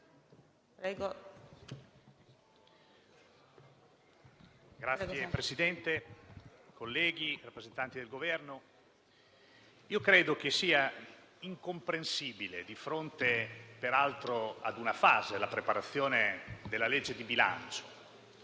Presidente, colleghi, rappresentanti del Governo, credo che sia incomprensibile, di fronte alla fase della preparazione della legge di bilancio,